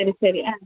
ശരി ശരി ആ